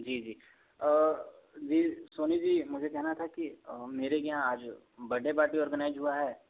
जी जी सोनी जी मुझे कहना था कि मेरे यहाँ आज बर्डे पार्टी ऑर्गेनाइज हुआ है